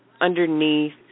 underneath